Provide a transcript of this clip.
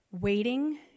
waiting